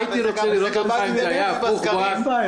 --- בסקרים?